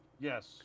Yes